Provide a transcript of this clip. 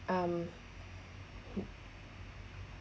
um